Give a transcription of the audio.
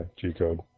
G-code